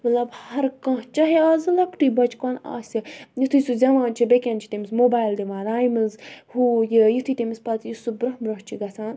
مطلب ہَر کانہہ چاہے آز لۄکٹُے بَچہِ کۄنہٕ آسہِ یُتھُے سُہ زیوان چھُ بیٚکہِ اَندٕ چھ تٔمِس موبَایِل دِوان رایمٕز ہوٗ یہِ یُتھُے تٔمِس پَتہٕ یُس سُہ برٛونٛہہ برٛونٛہہ چھُ گَژھان